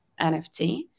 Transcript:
NFT